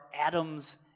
atoms